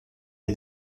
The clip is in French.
est